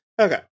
okay